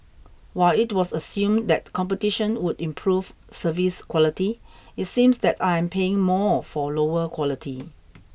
while it was assumed that competition would improve service quality it seems that I am paying more for lower quality